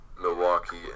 Milwaukee